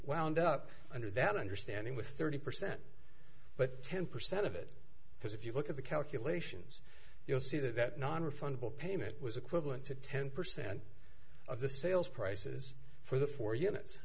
wound up under that understanding with thirty percent but ten percent of it because if you look at the calculations you'll see that nonrefundable payment was equivalent to ten percent of the sales prices for the four unit